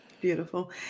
Beautiful